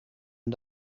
een